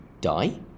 die